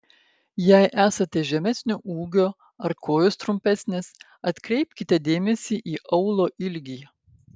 jei esate žemesnio ūgio ar kojos trumpesnės atkreipkite dėmesį į aulo ilgį